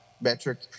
metric